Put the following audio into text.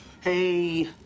Hey